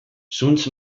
zuntz